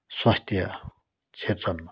स्वास्थ्य क्षेत्रमा